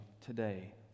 today